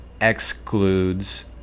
excludes